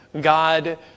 God